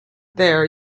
there